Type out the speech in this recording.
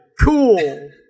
Cool